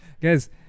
Guys